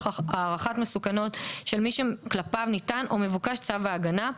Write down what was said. הערכת מסוכנות של מי שכלפיו ניתן או מבוקש צו ההגנה,